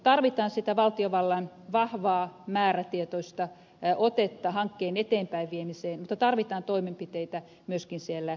tarvitaan sitä valtiovallan vahvaa määrätietoista otetta hankkeen eteenpäinviemiseen mutta tarvitaan toimenpiteitä myöskin siellä kuntatasolla